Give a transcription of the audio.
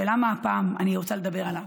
ולמה הפעם אני רוצה לדבר על זה?